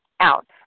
out